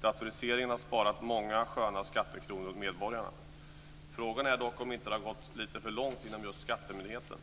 Datoriseringen har sparat många sköna skattekronor åt medborgarna. Frågan är dock om det inte har gått lite för långt inom skattemyndigheterna.